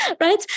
right